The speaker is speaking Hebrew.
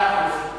מאה אחוז.